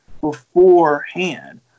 beforehand